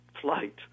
flight